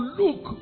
look